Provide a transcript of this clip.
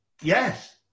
Yes